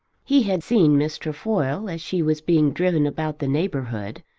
he had seen miss trefoil as she was being driven about the neighbourhood,